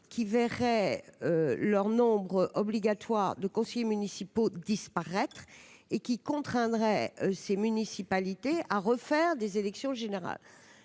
qui verraient leur nombre obligatoire de conseillers municipaux disparaître et qui contraindrait ces municipalités à refaire des élections générales,